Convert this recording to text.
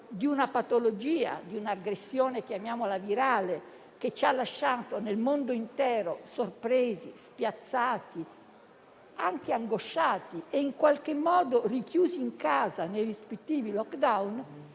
di una patologia e di un'aggressione virale che ci ha lasciato nel mondo intero sorpresi, spiazzati, anche angosciati e rinchiusi in casa nei rispettivi *lockdown*